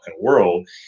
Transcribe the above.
world